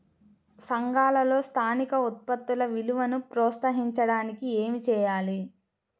సంఘాలలో స్థానిక ఉత్పత్తుల విలువను ప్రోత్సహించడానికి ఏమి చేయాలి?